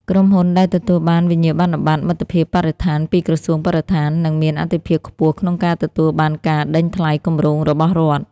ក្រុមហ៊ុនដែលទទួលបានវិញ្ញាបនបត្រមិត្តភាពបរិស្ថានពីក្រសួងបរិស្ថាន នឹងមានអាទិភាពខ្ពស់ក្នុងការទទួលបានការដេញថ្លៃគម្រោងរបស់រដ្ឋ។